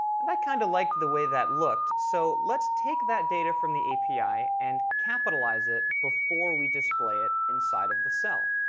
and i kind of like the way that looked, so let's take that data from the api and capitalize it before we display it inside of the cell.